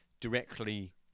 directly